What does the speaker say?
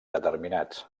determinats